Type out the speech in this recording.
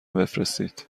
بفرستید